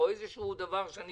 שאני